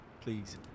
please